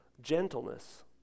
Gentleness